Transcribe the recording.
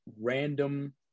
random